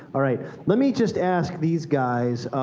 all right. let me just ask these guys.